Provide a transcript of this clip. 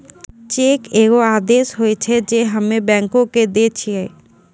cheque एगो आदेश होय छै जे हम्मे बैंको के दै छिये